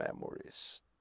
memories